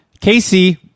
Casey